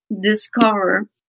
discover